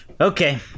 Okay